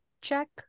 check